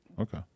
Okay